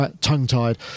tongue-tied